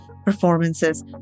performances